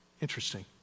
Interesting